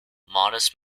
modest